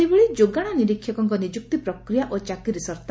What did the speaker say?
ସେହିଭଳି ଯୋଗାଶ ନିରୀକ୍ଷକଙ୍ ନିଯୁକ୍ତି ପ୍ରକ୍ରିୟା ଓ ଚାକିରି ସର୍ଉ